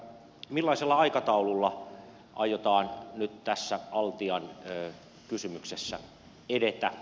millaisella aikataululla aiotaan nyt tässä altian kysymyksessä edetä